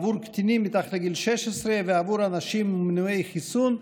עבור קטינים מתחת לגיל 16 ועבור אנשים מנועי חיסון,